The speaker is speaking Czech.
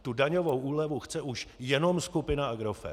Tu daňovou úlevu chce už jenom skupina Agrofert.